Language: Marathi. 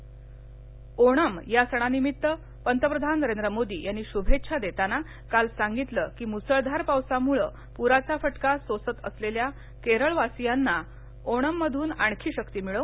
ओणमः ओणम या सणानिमित्त पंतप्रधान नरेंद्र मोदी यांनी शूभेच्छा देताना काल सांगितलं की मुसळधार पावसामुळं प्राचा फटका सोसत असलेल्या केरळवासियांना ओणममधून आणखी शक्ती मिळो